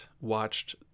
watched